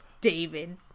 David